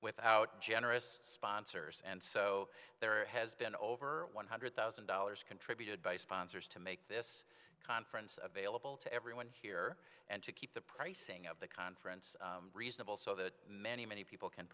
without generous sponsors and so there has been over one hundred thousand dollars contributed by sponsors to make this conference a bailable to everyone here and keep the pricing of the conference reasonable so that many many people can